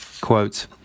Quote